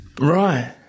Right